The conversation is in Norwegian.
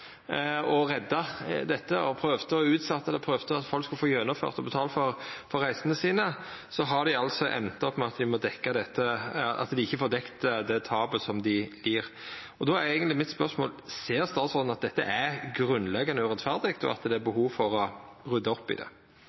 redda dette, prøvde å utsetja det, prøvde å få til at folk skulle få gjennomført og betalt for reisene sine, har dei enda opp med at dei ikkje får dekt det tapet dei lir. Då er spørsmålet mitt: Ser statsråden at dette er grunnleggjande urettferdig, og at det er behov for å rydda opp i det?